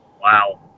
Wow